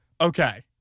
okay